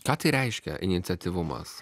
ką tai reiškia iniciatyvumas